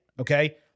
okay